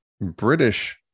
British